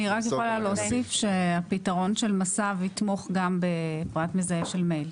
אני רק יכולה להוסיף שהפתרון של מס"ב יתמוך בפרט מזהה של מייל.